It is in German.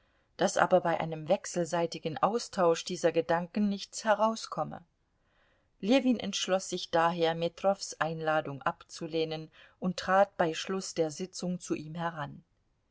daß aber bei einem wechselseitigen austausch dieser gedanken nichts herauskomme ljewin entschloß sich daher metrows einladung abzulehnen und trat bei schluß der sitzung zu ihm heran